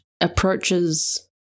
approaches